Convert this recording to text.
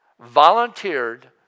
volunteered